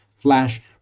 Flash